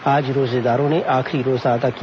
आज रोजेदारों ने आखिरी रोजा अदा किया